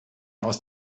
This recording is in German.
aus